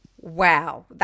Wow